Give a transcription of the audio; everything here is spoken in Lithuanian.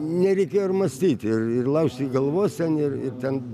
nereikėjo ir mąstyti ir ir laužyti galvos ir ir ten